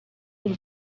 y’u